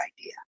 idea